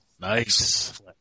Nice